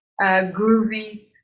groovy